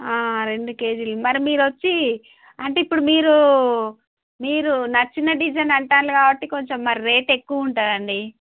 రెండు కేజీలు మరి మీర వచ్చి అంటే ఇప్పుడు మీరు మీరు నచ్చిన డిజైన్ అంటున్నారు కాబట్టి కొంచెం మరి రేట్ ఎక్కువ ఉంటుందదండి